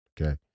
okay